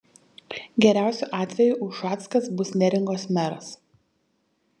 geriausiu atveju ušackas bus neringos meras